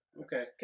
Okay